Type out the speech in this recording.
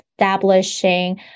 establishing